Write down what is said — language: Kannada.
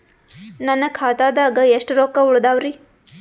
ನನ್ನ ಖಾತಾದಾಗ ಎಷ್ಟ ರೊಕ್ಕ ಉಳದಾವರಿ?